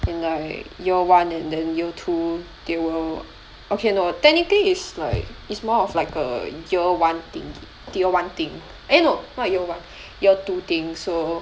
in like year one and then year two they'll okay no technically it's like it's more of like a year one thing year one thing eh no not year one year two thing so